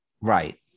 right